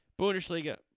Bundesliga